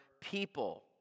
people